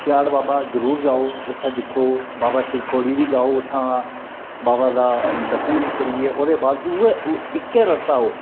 सिहाड़ बाबा जरुर जाओ उत्थै दिक्खो बाबा शिव खोड़ी बी जाओ उत्थूं दा बाबा दा दर्शन बी करियै ओह्दे बाद उ'ऐ इक्कै रस्ता ऐ ओह्